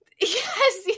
Yes